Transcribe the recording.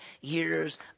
years